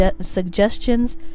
suggestions